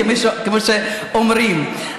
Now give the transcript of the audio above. כמו שאומרים,